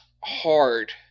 hard